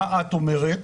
מה את אומרת?